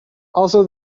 also